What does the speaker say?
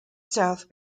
south